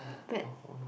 bread